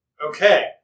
Okay